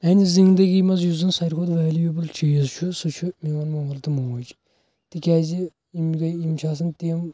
میٛانہِ زندگی مَنٛز یُس زَن ساروٕے کھۄتہ ویلیٛویبل چیٖز چھُ سُہ چھُ میٛون مول تہٕ موج تکیٛازِ یِم گٔے یِم چھِ آسان تِم